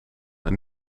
een